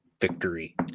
victory